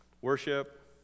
Worship